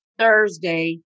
Thursday